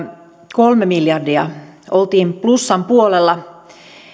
kolme miljardia oltiin plussan puolella